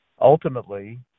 Ultimately